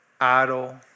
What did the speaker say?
idle